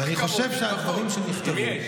אז אני חושב שהדברים שנכתבו,